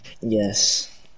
Yes